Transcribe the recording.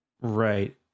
right